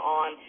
on